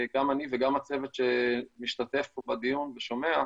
גם אני וגם הצוות שמשתתף כאן בדיון ושומע,